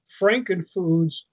Frankenfoods